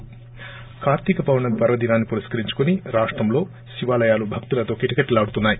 ి కార్తీక పౌర్ణమి పర్వదినాన్ని పురస్కరించుకొని రాష్టంలో శివాలయాలు భక్తులతో కిటకిటలాడుతున్నాయి